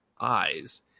eyes